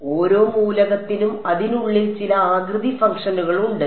അതിനാൽ ഓരോ മൂലകത്തിനും അതിനുള്ളിൽ ചില ആകൃതി ഫംഗ്ഷനുകൾ ഉണ്ട്